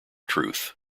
truth